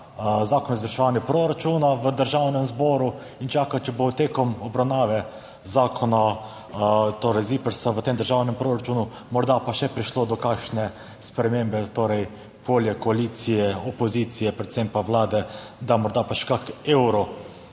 Zakon o izvrševanju proračuna v Državnem zboru in čaka, ali bo tekom obravnave zakona, torej ZIPRS, v tem državnem proračunu morda prišlo še do kakšne spremembe. Torej, volja koalicije, opozicije, predvsem pa Vlade, da morda še za kak evro